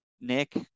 Nick